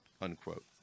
unquote